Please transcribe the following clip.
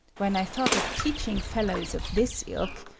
when i thought of teaching fellows of this ilk,